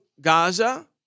Gaza